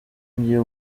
ngiye